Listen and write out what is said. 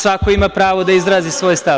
Svako ima pravo da izrazi svoj stav.